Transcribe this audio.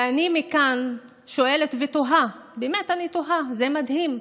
ואני מכאן שואלת ותוהה, באמת אני תוהה: זה מדהים,